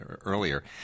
earlier